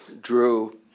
drew